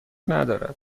ندارد